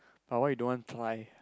but why you don't want try